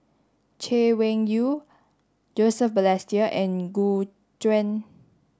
Chay Weng Yew Joseph Balestier and Gu Juan